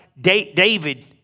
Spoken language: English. David